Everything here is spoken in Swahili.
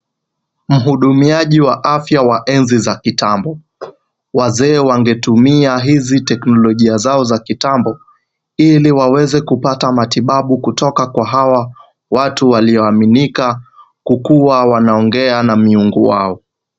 Mhudumiaji wa afya wa enzi za kitambo. Wazee wangetumia hizi teknolojia zao za kitambo, ili waweze kupata matibabu kutoka kwa hawa watu walioaminika kukua wanaongea na miungu wao.